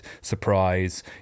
surprise